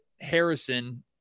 Harrison